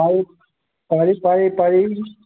পাৰি পাৰি পাৰি